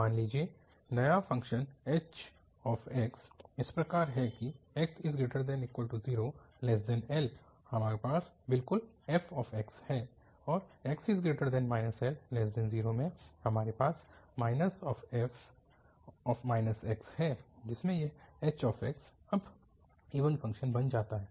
मान लीजिए नया फ़ंक्शन h इस प्रकार है कि 0≤xL हमारे पास बिल्कुल f है और Lx0 में हमारे पास f है जिससे यह h अब इवन फ़ंक्शन बन जाता है